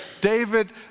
David